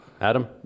adam